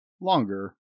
longer